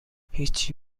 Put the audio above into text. هیچی